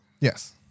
Yes